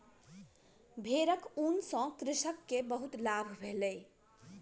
भेड़क ऊन सॅ कृषक के बहुत लाभ भेलै